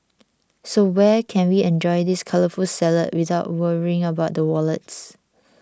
so where can we enjoy this colourful salad without worrying about the wallets